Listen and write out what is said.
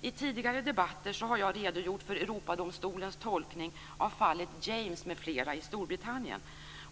I tidigare debatter har jag redogjort för Europadomstolens tolkning av fallet James m.fl. i Storbritannien.